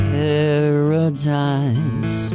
paradise